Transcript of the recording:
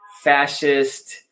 fascist